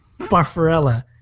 Barfarella